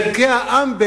וערכי העם,